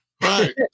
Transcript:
Right